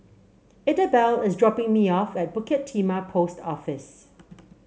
Idabelle is dropping me off at Bukit Timah Post Office